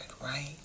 right